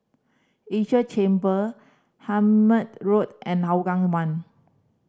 Esia Chamber Hemmant Road and Hougang One